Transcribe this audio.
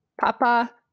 Papa